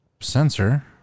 sensor